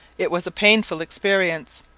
it was a painful experience.